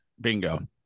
Bingo